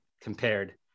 compared